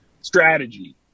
strategy